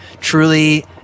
truly